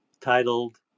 titled